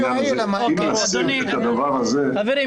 חברים,